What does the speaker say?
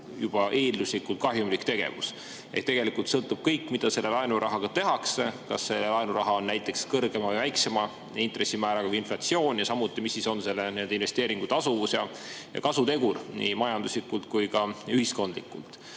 juba eelduslikult kahjumlik tegevus. Tegelikult sõltub kõik sellest, mida selle laenurahaga tehakse, kas see laenuraha on näiteks kõrgema või väiksema intressimääraga kui inflatsioon, ja samuti, milline on selle investeeringu tasuvus ja kasutegur nii majanduslikult kui ka ühiskondlikult.